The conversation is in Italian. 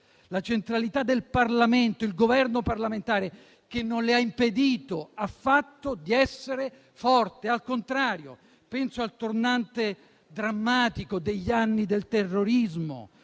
la centralità del Parlamento, il Governo parlamentare, non le ha impedito affatto di essere forte, al contrario. Penso al tornante drammatico degli anni del terrorismo,